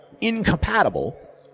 incompatible